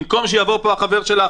במקום שיבוא פה החבר שלך,